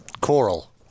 Coral